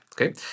Okay